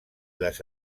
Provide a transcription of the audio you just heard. les